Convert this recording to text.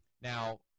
Now